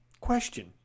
Question